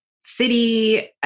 city